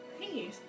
Hey